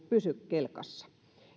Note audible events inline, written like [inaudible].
[unintelligible] pysy kelkassa